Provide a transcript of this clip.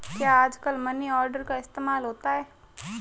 क्या आजकल money order का इस्तेमाल होता है?